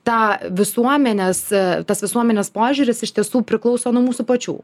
tą visuomenes tas visuomenės požiūris iš tiesų priklauso nuo mūsų pačių